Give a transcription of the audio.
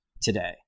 today